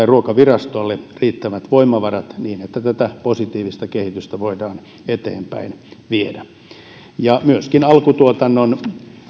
ruokavirastolle riittävät voimavarat niin että tätä positiivista kehitystä voidaan eteenpäin viedä myöskin alkutuotannon